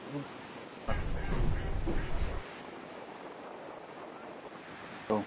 औ आथसा आथसा औ